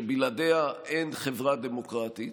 שבלעדיה אין חברה דמוקרטית,